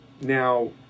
Now